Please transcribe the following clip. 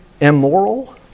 immoral